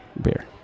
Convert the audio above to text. beer